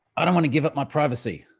i don't want to give up my privacy.